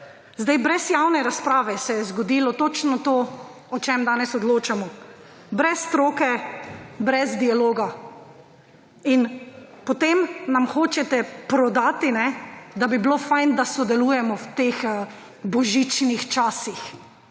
Brez javne razprave se je zgodilo točno to, o čemer danes odločamo, brez stroke, brez dialoga in potem nam hočete prodati, da bi bilo fajn, da sodelujemo v teh božičnih časih,